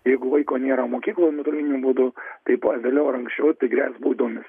jeigu vaiko nėra mokykloj nuotoliniu būdu tai vėliau ar anksčiau tai grės baudomis